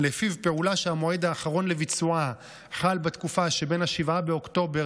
שלפיו פעולה שהמועד האחרון לביצועה חל בתקופה שבין 7 באוקטובר